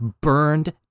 burned